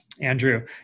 andrew